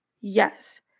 yes